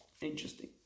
Interesting